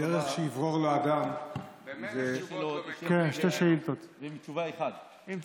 והתשובה אחת.